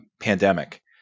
pandemic